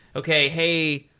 okay. hey,